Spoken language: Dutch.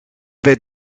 werd